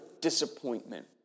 disappointment